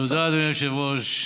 תודה, אדוני היושב-ראש.